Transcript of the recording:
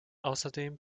außerdem